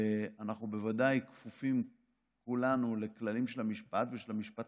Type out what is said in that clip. ואנחנו בוודאי כפופים כולנו לכללים של המשפט ושל המשפט